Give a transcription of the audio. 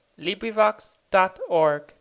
LibriVox.org